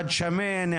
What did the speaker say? שמן,